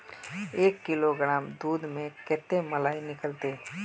एक किलोग्राम दूध में कते मलाई निकलते?